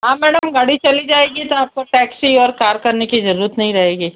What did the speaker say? हाँ मैडम गाड़ी चली जाएगी तो आपको टैक्सी और कार करने की ज़रूरत नहीं रहेगी